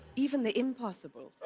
even the impossible.